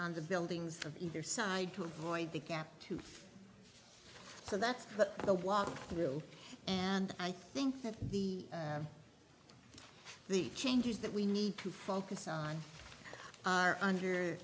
on the buildings of either side to avoid the gap too so that's a walk through and i think that the the changes that we need to focus on are under